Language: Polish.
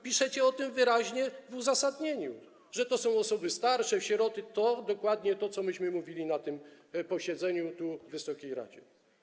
Piszecie o tym wyraźnie w uzasadnieniu, że to są osoby starsze, sieroty, dokładnie to, co myśmy mówili na tym posiedzeniu tu, w wysokiej radzie.